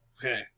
Okay